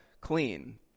clean